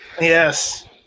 Yes